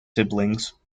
siblings